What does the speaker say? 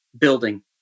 building